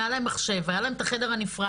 היה להן מחשב והיה להן את החדר הנפרד,